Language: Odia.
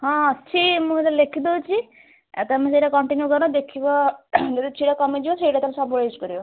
ହଁ ଅଛି ମୁଁ ସେଇ ଲେଖି ଦେଉଛି ଆଉ ତୁମେ ସେଇଟା କଣ୍ଟିନ୍ୟୁ କର ଦେଖିବ ଯଦି ସେଇଟା କମିଯିବ ସେଇଟା ତା'ହେଲେ ସବୁବେଳେ ୟୁଜ୍ କରିବ